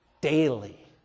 daily